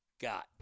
got